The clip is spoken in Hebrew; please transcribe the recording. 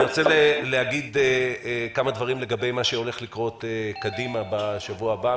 אני רוצה להגיד כמה דברים לגבי מה שהולך לקרות קדימה בשבוע הבא,